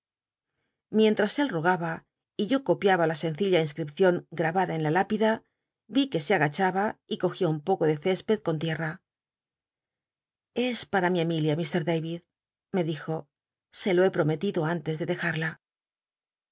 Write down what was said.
mientras él rogaba y yo copiaba la sencilla inscripcion grabada en la hipida ví que se agachaba y cogía un poco de cc ped con tiel'l'a es para mi ami m david me dijo se lo he prometido antes de dejarla